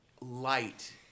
light